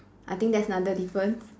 I think that's another difference